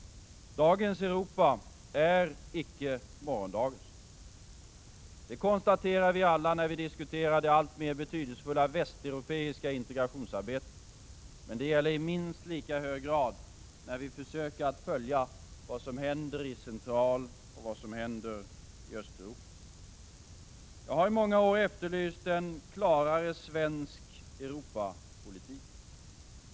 Dagens Europa är icke morgondagens. Det konstaterar vi alla när vi diskuterar det alltmer betydelsefulla västeuropeiska integrationsarbetet. Men det gäller i minst lika hög grad när vi försöker att följa vad som händer i Centraloch Östeuropa. Jag har i många år efterlyst en klarare svensk Europapolitik.